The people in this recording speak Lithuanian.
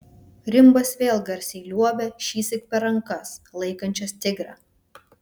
rimbas vėl garsiai liuobia šįsyk per rankas laikančias tigrą